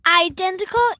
Identical